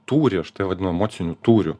tūrį aš tai vadinu emociniu tūriu